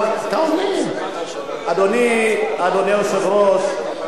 אדוני היושב-ראש,